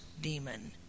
demon